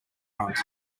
front